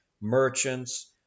merchants